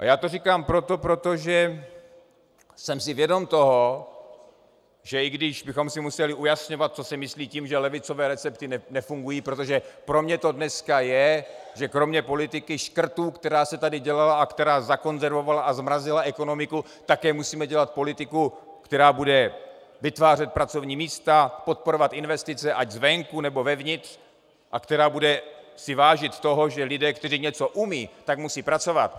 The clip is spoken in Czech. Já to říkám proto, protože jsem si vědom toho, že i když bychom si museli ujasňovat, co se myslí tím, že levicové recepty nefungují, protože pro mě to dneska je, že kromě politiky škrtů, která se tady dělala a která zakonzervovala a zmrazila ekonomiku, také musíme dělat politiku, která bude vytvářet pracovní místa, podporovat investice, ať zvenku, nebo zevnitř, a která bude si vážit toho, že lidé, kteří něco umějí, tak musí pracovat.